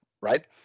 right